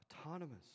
autonomous